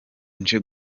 nje